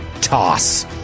Toss